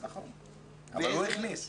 נכון, אבל הוא הכניס.